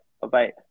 Bye-bye